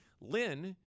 Lynn